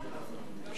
ראש הממשלה, הממשלה,